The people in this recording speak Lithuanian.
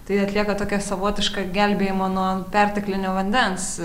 tai atlieka tokią savotišką gelbėjimo nuo perteklinio vandens